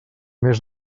més